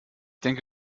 denke